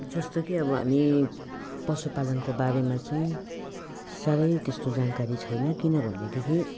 जस्तो कि अब हामी पशुपालनको बारेमा चाहिँ साह्रै त्यस्तो जानकारी छैन किनभनेदेखि